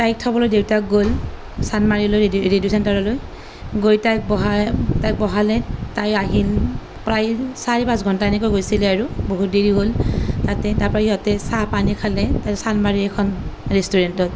তাইক থ'বলৈ দেউতাক গ'ল চান্দমাৰীলৈ ৰেডিঅ' চেণ্টাৰলৈ গৈ তাইক বহাই তাইক বহালে তাই আহিল প্ৰায় চাৰি পাঁচ ঘণ্টা এনেকৈ গৈছিলে আৰু বহুত দেৰি হ'ল তাতে তাৰ পৰা ইহঁতে চাহ পানী খালে তাৰ পিছত চানমাৰীৰ এখন ৰেষ্টুৰেণ্টত